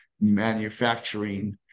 manufacturing